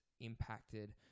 impacted